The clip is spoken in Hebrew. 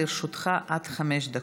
לרשותך עד חמש דקות.